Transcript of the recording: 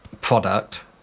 product